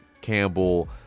Campbell